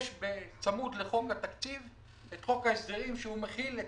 יש צמוד לחוק התקציב את חוק ההסדרים, שהוא מכיל את